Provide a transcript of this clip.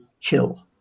kill